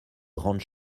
grandes